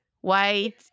white